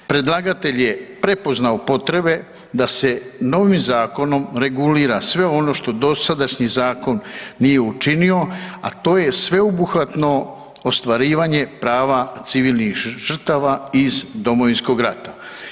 Predlagatelj je prepoznao potrebe da se novim zakonom regulira sve ono što dosadašnji zakon nije učinio, a to je sveobuhvatno ostvarivanje prava civilnih žrtava iz Domovinskog rata.